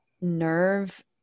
nerve